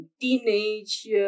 teenage